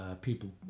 people